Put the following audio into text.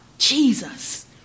Jesus